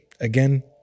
Again